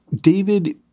David